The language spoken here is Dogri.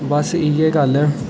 बस इ'यै गल्ल ऐ